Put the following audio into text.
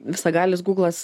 visagalis gūglas